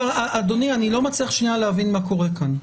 אדוני, אני לא מצליח להבין מה קורה כאן.